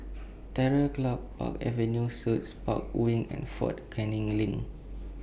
Terror Club Park Avenue Suites Park Wing and Fort Canning LINK